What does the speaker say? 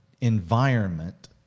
environment